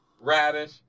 radish